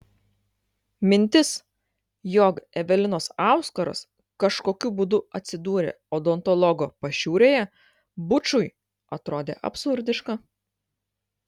mintis jog evelinos auskaras kažkokiu būdu atsidūrė odontologo pašiūrėje bučui atrodė absurdiška